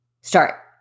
start